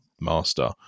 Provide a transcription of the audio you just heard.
master